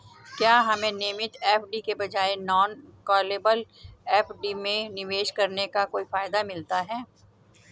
क्या हमें नियमित एफ.डी के बजाय नॉन कॉलेबल एफ.डी में निवेश करने का कोई फायदा मिलता है?